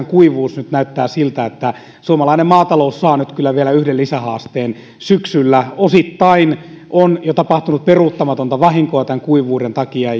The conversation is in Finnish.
kuivuus nyt näyttää siltä että suomalainen maatalous saa vielä yhden lisähaasteen syksyllä osittain on jo tapahtunut peruuttamatonta vahinkoa tämän kuivuuden takia